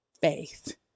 faith